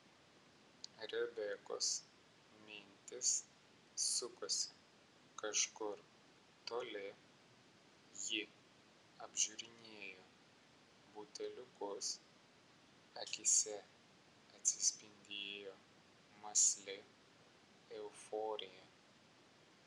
rebekos mintys sukosi kažkur toli ji apžiūrinėjo buteliukus akyse atsispindėjo mąsli euforija